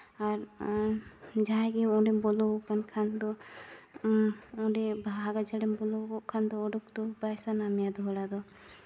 ᱟᱨ ᱡᱟᱦᱟᱸᱭ ᱜᱮ ᱚᱸᱰᱮᱢ ᱵᱚᱞᱚᱣᱟᱠᱟᱱ ᱠᱷᱟᱱ ᱫᱚ ᱚᱸᱰᱮ ᱵᱟᱦᱟ ᱜᱟᱡᱟᱲᱮᱢ ᱵᱚᱞᱚ ᱠᱚᱜ ᱠᱷᱟᱱ ᱫᱚ ᱚᱰᱚᱠ ᱫᱚ ᱵᱟᱭ ᱥᱟᱱᱟ ᱢᱮᱭᱟ ᱫᱚᱦᱲᱟ ᱫᱚ